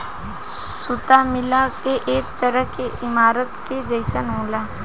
सुता मिल एक तरह के ईमारत के जइसन होला